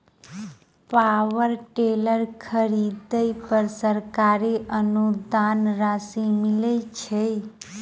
Power tiller खरीदे पर सरकारी अनुदान राशि मिलय छैय?